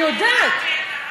מירב, אני יודעת.